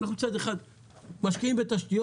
אנחנו מצד אחד משקיעים בתשתיות,